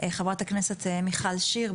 חברת הכנסת מיכל שיר,